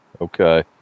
Okay